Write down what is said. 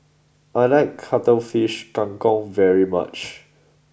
I like Cuttlefish Kang Kong very much